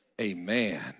Amen